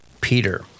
Peter